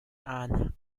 ann